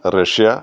Russia